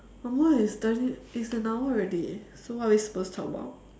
some more it's thirty it's an hour already so what are we supposed to talk about